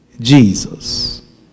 jesus